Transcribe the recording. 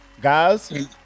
guys